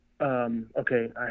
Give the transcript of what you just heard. Okay